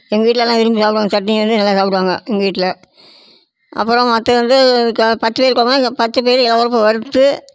எங்கள் வீட்டில் எல்லாம் விரும்பி சாப்பிடுவாங்க சட்னி வந்து நல்லா சாப்பிடுவாங்க எங்கள் வீட்டில் அப்புறம் மற்றது வந்து பச்சை பயிறு குழம்ப பச்சை பயிறை இள வறுப்பாக வறுத்து